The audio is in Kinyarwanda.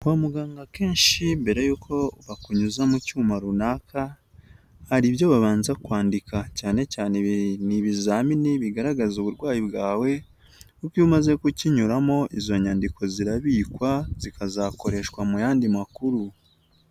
Kwa muganga akeshi, mbere y'uko bakunyuza mu cyuma runaka, hari ibyo babanza kwandika, cyane cyane ni ibizamini bigaragaza uburwayi bwawe, kuko iyo umaze kukinyuramo, izo nyandiko zirabikwa, zikazakoreshwa mu yandi makuru.